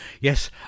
yes